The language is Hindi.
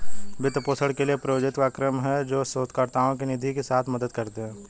वित्त पोषण के लिए, प्रायोजित कार्यक्रम हैं, जो शोधकर्ताओं को निधि के साथ मदद करते हैं